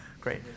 Great